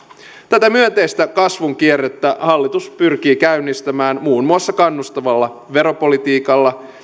tätä myönteistä kasvun kierrettä hallitus pyrkii käynnistämään muun muassa kannustavalla veropolitiikalla